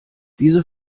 diese